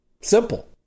Simple